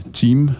team